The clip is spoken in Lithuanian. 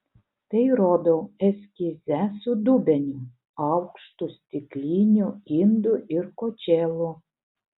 tai rodau eskize su dubeniu aukštu stikliniu indu ir kočėlu